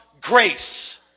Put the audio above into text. grace